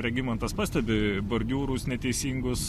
regimantas pastebi bordiūrus neteisingus